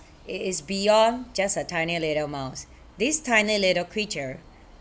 it is beyond just a tiny little mouse this tiny little creature